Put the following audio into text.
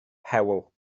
hewl